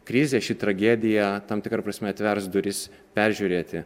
krizė ši tragedija tam tikra prasme atvers duris peržiūrėti